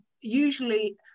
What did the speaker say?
usually